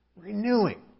Renewing